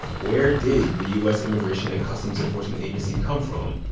where did the u s. immigration and customs enforcement agency come from,